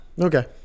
Okay